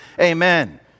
amen